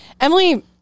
Emily